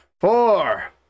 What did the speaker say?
Four